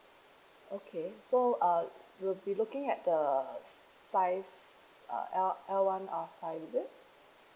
okay so uh we will be looking at the five uh L L one uh five is it